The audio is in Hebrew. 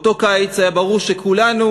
באותו קיץ היה ברור שכולנו,